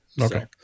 Okay